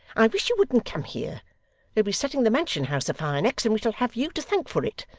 i wish you wouldn't come here they'll be setting the mansion house afire next, and we shall have you to thank for it.